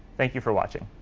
thank you for watching.